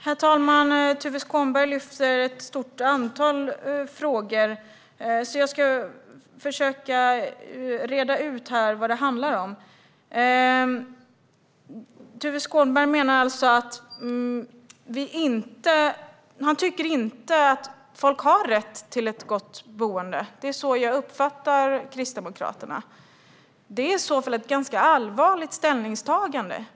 Herr talman! Tuve Skånberg lyfter ett stort antal frågor, så jag ska försöka reda ut vad det handlar om. Tuve Skånberg tycker alltså inte att folk har rätt till ett gott boende; det är så jag uppfattar Kristdemokraterna. Det är i så fall ett ganska allvarligt ställningstagande.